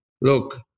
look